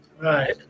Right